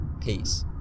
Peace